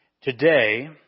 today